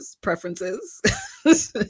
preferences